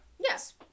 Yes